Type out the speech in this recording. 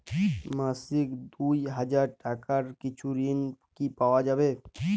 মাসিক দুই হাজার টাকার কিছু ঋণ কি পাওয়া যাবে?